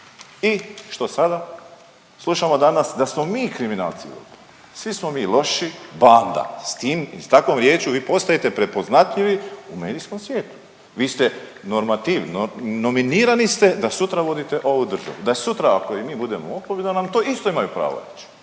i što sada? Slušamo danas da smo mi kriminalci. Svi smo mi loši, banda, s tim, s takvom riječju vi postajete prepoznatljivi u medijskom svijetu. Vi ste normativ, nominirani ste da sutra vodite ovu državu, da sutra, ako i mi budemo u oporbi da nam to isto imaju pravo reći